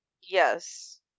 Yes